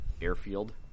airfield